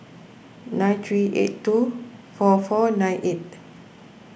nine three eight two four four nine eight